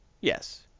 Yes